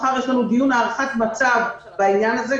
מחר יהיה לנו דיון להערכת מצב בעניין הזה.